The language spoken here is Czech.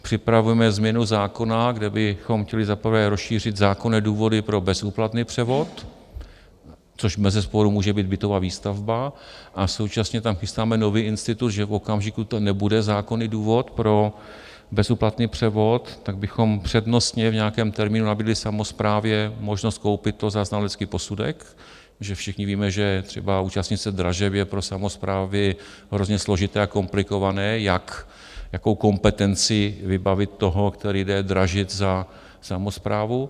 Připravujeme změnu zákona, kde bychom chtěli za prvé rozšířit zákonné důvody pro bezúplatný převod, což bezesporu může být bytová výstavba, a současně tam chystáme nový institut, že v okamžiku, kdy to nebude zákonný důvod pro bezúplatný převod, tak bychom přednostně v nějakém termínu nabídli samosprávě možnost koupit to za znalecký posudek, protože všichni víme, že třeba účastnit se dražeb je pro samosprávy hrozně složité a komplikované, jak, jakou kompetencí vybavit toho, který jde dražit za samosprávu.